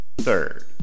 Third